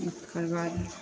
ओकर बाद